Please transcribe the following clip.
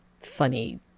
funny